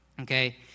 okay